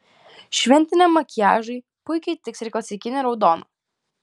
šventiniam makiažui puikiai tiks ir klasikinė raudona